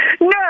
No